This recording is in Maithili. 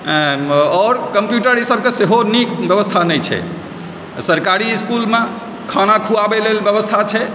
आओर कम्प्यूटर ईसभ के सेहो नीक व्यवस्था नहि छै सरकारी इस्कुलमे खाना खुआबै लेल व्यवस्था छै